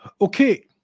Okay